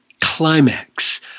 climax